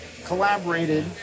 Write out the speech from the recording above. collaborated